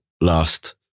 last